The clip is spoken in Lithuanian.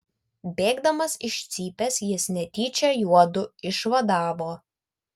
bėgdamas iš cypės jis netyčia juodu išvadavo